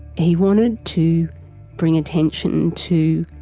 he wanted to bring attention to